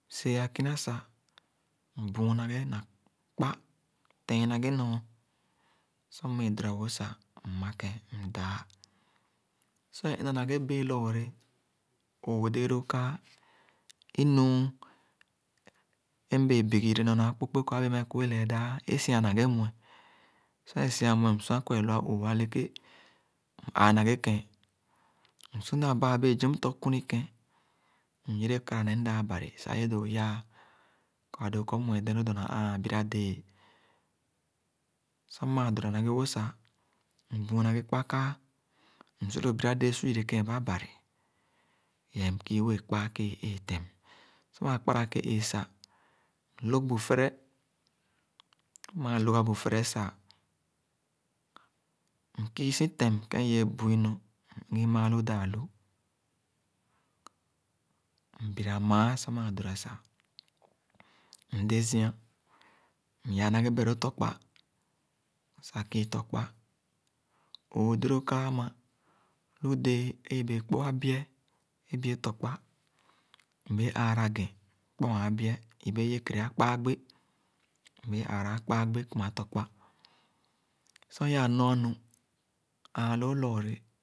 Msee-a kina sah, mbüün na ghe na kpa, teni-nee nɔr. Sor maa doora-wõ sah, mmaken, mdãã. Sir é ina ghe bẽẽ lɔɔre õõh déé loo kaa, inu é mbéé bigi yere nyor na akpokpe kɔr abẽẽ meh kué lee daa ã, e si-an na ghe mue, so é si-an mue, msua kɔr é lua õõh eleke, m-aa na ghe kɛ̃n. Msu na baa bee zum tɔ̄ kuniken, myere kara ne mdaa bari sah yé dõõ yaa kɔr ã dõõ kɔr mmue dẽẽn loo dɔɔna ããn bira- déé. Sor maa dorana ghe wõ sa, mbüün na ghe kpa kaa. Msu lo bira-déé su yere keen ba bari lee mkii wẽẽ kpaa ẽẽkéé-tẽm Sor maa kpara kẽ-ẽẽ sah mloo bu fere, sor maa loga bu fere sah, mkii si tém ken i-wee bu-i na, mugi maalo daa-lu. Mbira mããn, sor mãã bira sah, mde zia, myaa na ghe beh-loo tɔkpa sah kii tɔkpa. Õõh déé loo kaa zima, hu déé i-hẽẽ kpor i-bieh é bie tɔkpa. Mbee aara ghẽn kpo-a ibieh, ibee ye kere akpaagbé. Mbee aara akpaaghi kuma tɔkpa. Sor i-ãã nɔr nu ããn loo lɔɔre